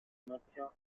maintient